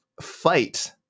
fight